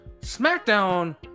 SmackDown